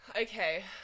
Okay